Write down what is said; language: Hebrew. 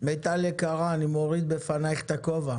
מיטל יקרה, אני מוריד בפנייך את הכובע